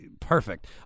Perfect